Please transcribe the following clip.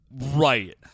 Right